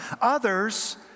Others